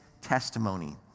testimony